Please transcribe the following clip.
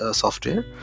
software